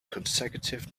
consecutive